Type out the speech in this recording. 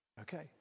okay